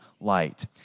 light